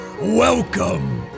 Welcome